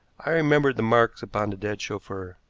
i remembered the marks upon the dead chauffeur.